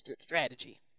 strategy